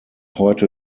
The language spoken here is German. heute